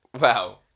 Wow